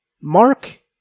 Mark